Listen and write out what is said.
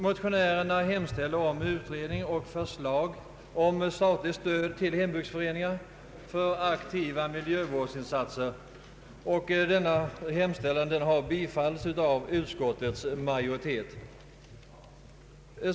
Motionärernas hemställan om utredning och förslag om statligt stöd till hembygdsföreningar för aktiva miljövårdsinsatser har biträtts av utskottets majoritet.